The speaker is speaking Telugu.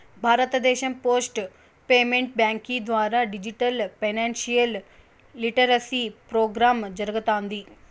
భారతదేశం పోస్ట్ పేమెంట్స్ బ్యాంకీ ద్వారా డిజిటల్ ఫైనాన్షియల్ లిటరసీ ప్రోగ్రామ్ జరగతాంది